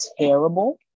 terrible